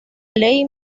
ley